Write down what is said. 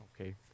okay